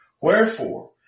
Wherefore